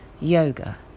yoga